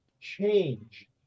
change